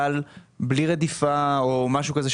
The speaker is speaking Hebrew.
בלי רדיפה או משהו כזה.